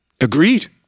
agreed